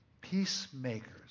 Peacemakers